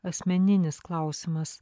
asmeninis klausimas